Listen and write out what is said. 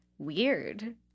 weird